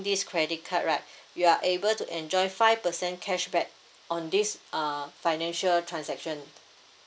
this credit card right you are able to enjoy five percent cashback on this uh financial transaction